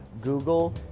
Google